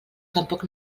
tampoc